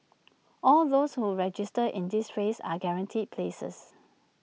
all those who register in this phase are guaranteed places